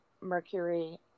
Mercury